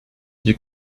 you